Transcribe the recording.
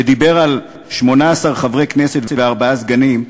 שדיבר על 18 חברי כנסת וארבעה סגנים,